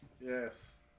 Yes